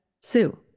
Sue